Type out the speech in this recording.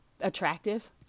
attractive